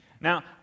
Now